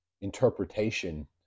interpretation